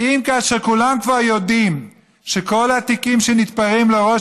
כאשר כבר כולם יודעים שכל התיקים שנתפרים לראש